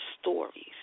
stories